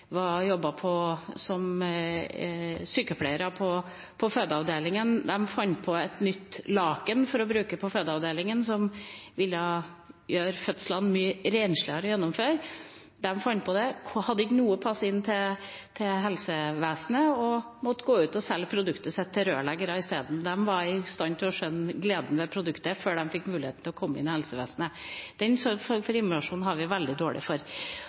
som sykepleiere på fødeavdelingen. De fant på et nytt laken til bruk på fødeavdelingen, som ville gjøre fødslene mye rensligere å gjennomføre. De fant på det, men hadde ikke noe pass inn til helsevesenet og måtte ut og selge produktet sitt til rørleggere i stedet. De var i stand til å skjønne gleden ved produktet før de fikk muligheten til å komme inn i helsevesenet. Den formen for innovasjon har vi veldig dårlig for.